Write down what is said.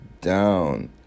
down